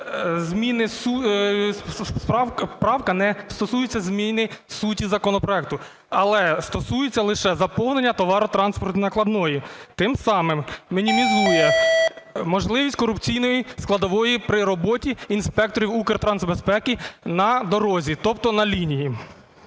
зміни… Правка не стосується зміни суті законопроекту, але стосується лише заповнення товарно-транспортної накладної. Тим самим мінімізує можливість корупційної складової при роботі інспекторів Укртрансбезпеки на дорозі, тобто на лінії.